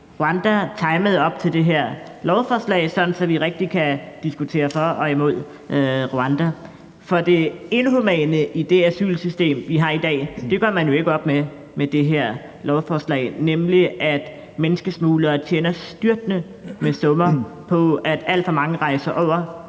uge – timet op til det her lovforslag – tog til Rwanda, sådan at vi rigtig kan diskutere for og imod Rwanda. For det inhumane i det asylsystem, vi har i dag, gør man jo ikke op med med det her lovforslag, nemlig at menneskesmuglere tjener styrtende med summer på, at alt for mange rejser over